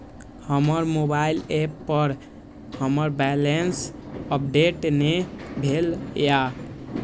हमर mobile app पर हमर बैलेंस अपडेट ने भेल या